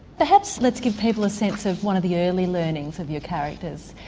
perhaps let's give people a sense of one of the early learnings of your characters,